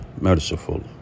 Merciful